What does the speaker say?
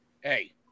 Hey